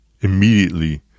immediately